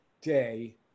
day